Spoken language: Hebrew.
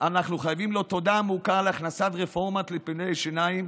אנחנו חייבים לו תודה עמוקה על הכנסת רפורמה של טיפולי שיניים